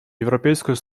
европейской